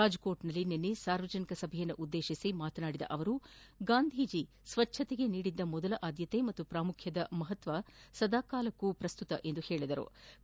ರಾಜ್ಕೋಟ್ನಲ್ಲಿ ನಿನ್ನೆ ಸಾರ್ವಜನಿಕ ಸಭೆಯನ್ನುದ್ದೇತಿಸಿ ಮಾತನಾಡಿದ ಅವರು ಗಾಂಧೀಜ ಸ್ವಚ್ಚತೆಗೆ ನೀಡಿದ್ದು ಮೊದಲ ಆದ್ಕತೆ ಮತ್ತು ಪ್ರಾಮುಖ್ಯದ ಮಹತ್ವ ಸದಾಕಾಲ ಪ್ರಸ್ತುತ ಎಂದರು